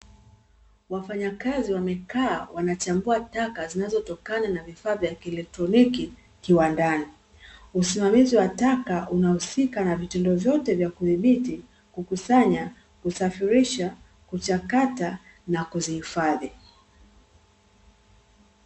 Wafanyakazi wamekaa wanachambua taka zinazotokana na vifaa vya kieletroniki kiwandani, usimamizi wa taka unahusika na vitendo vyote vya kuthibiti, kukusanya, kusafirisha, kuchakata na kuzihifadhi.